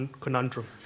conundrum